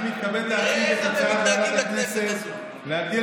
אני מתכבד להציג את הצעת ועדת הכנסת להגדיל